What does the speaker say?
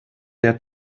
der